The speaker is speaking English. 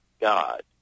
God